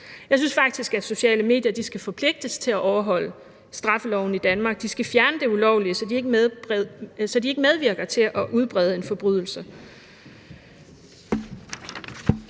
Jeg synes faktisk, at sociale medier skal forpligtes til at overholde straffeloven i Danmark. De skal fjerne det ulovlige, så de ikke medvirker til at udbrede en forbrydelse.